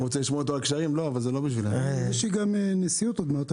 יש לי גם נשיאות עוד מעט.